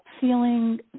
feeling